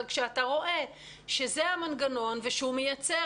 אבל כשאתה רואה שזה המנגנון ושהוא מייצר